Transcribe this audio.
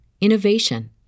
innovation